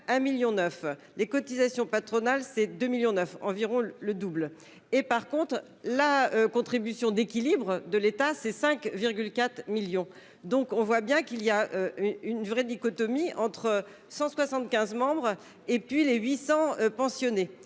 un million neuf des cotisations patronales, c'est 2 millions, 9 environ le double et par contre la contribution d'équilibre de l'État, c'est 5,4 millions, donc on voit bien qu'il y a. Une vraie dichotomie entre 175 membres et puis les 800 pensionnés.